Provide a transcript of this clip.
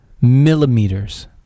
millimeters